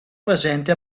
presente